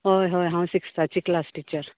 होय होय हांव सिक्सथाची क्लास टिचर